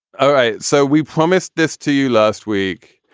all right, so we promised this to you last week.